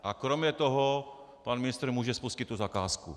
A kromě toho pan ministr může spustit tu zakázku.